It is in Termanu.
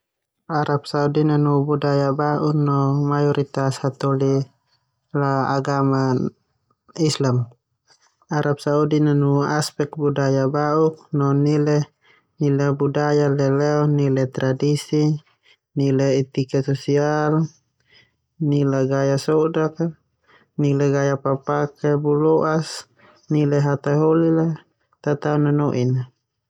Arab Saudi nanu budaya ba'u no mayoritas hataholi la agama Islam. Arab Saudi nanu aspek budaya ba'uk no nilai nilai budaya leleo nilai tradisi, nilai etika sosial, nilai gaya sodak, nilai gaya papake bualo'as, nilai hataholi la tatao nono'in.